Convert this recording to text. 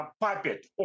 puppet